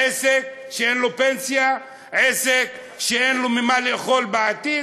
עסק שאין לו פנסיה, עסק שאין לו ממה לאכול בעתיד.